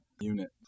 unit